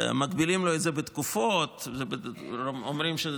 מגבילים לו את זה בתקופות ואומרים שזה